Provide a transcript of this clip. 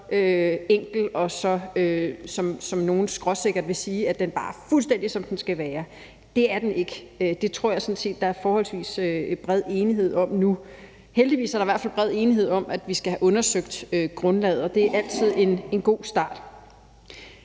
heller ikke, som nogle skråsikkert vil sige, fuldstændig, som den skal være. Det er den ikke. Det tror jeg sådan set der er forholdsvis bred enighed om nu. Heldigvis er der i hvert fald bred enighed om, at vi skal have undersøgt grundlaget, og det er altid en god start.